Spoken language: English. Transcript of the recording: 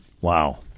Wow